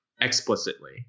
explicitly